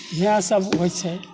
इहए सब होइत छै